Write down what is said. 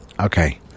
Okay